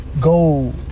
go